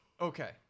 okay